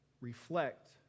reflect